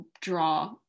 draw